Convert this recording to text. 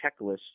checklists